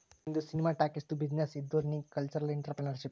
ನಿಂದು ಸಿನಿಮಾ ಟಾಕೀಸ್ದು ಬಿಸಿನ್ನೆಸ್ ಇದ್ದುರ್ ನೀ ಕಲ್ಚರಲ್ ಇಂಟ್ರಪ್ರಿನರ್ಶಿಪ್